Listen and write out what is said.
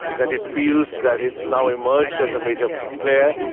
that it feels that it's now emerged as a major player,